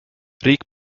riik